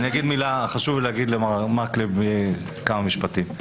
חשוב לי להגיד למקלב כמה משפטים.